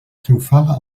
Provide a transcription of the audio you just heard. triomfal